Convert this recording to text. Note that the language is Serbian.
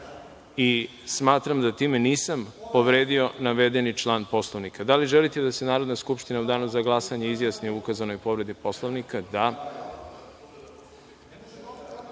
i smatram da time nisam povredio navedeni član Poslovnika. Da li želite da se Narodna skupština u danu za glasanje izjasni o ukazanoj povredi Poslovnika?(Balša